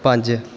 ਪੰਜ